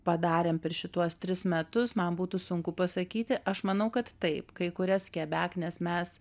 padarėm per šituos tris metus man būtų sunku pasakyti aš manau kad taip kai kurias kebeknės mes